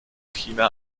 china